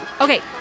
Okay